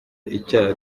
icya